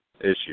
issue